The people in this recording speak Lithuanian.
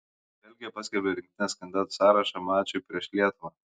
belgija paskelbė rinktinės kandidatų sąrašą mačui prieš lietuvą